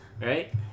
right